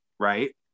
Right